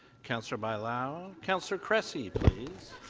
councillor bailao, councillor cressy, please.